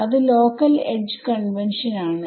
അത് local edge convention ആണ്